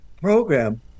program